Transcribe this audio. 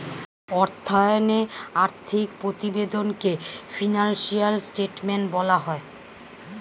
অর্থায়নে আর্থিক প্রতিবেদনকে ফিনান্সিয়াল স্টেটমেন্ট বলা হয়